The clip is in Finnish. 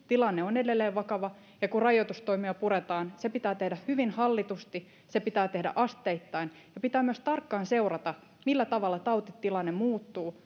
vaan tilanne on edelleen vakava ja kun rajoitustoimia puretaan se pitää tehdä hyvin hallitusti se pitää tehdä asteittain ja pitää myös tarkkaan seurata millä tavalla tautitilanne muuttuu